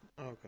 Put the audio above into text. Okay